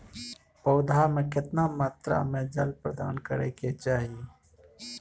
पौधा में केतना मात्रा में जल प्रदान करै के चाही?